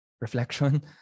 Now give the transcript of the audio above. reflection